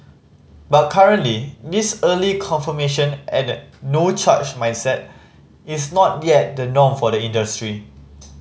but currently this early confirmation and no change mindset is not yet the norm for the industry